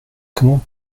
comment